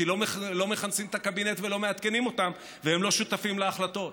כי לא מכנסים את הקבינט ולא מעדכנים אותם והם לא שותפים להחלטות.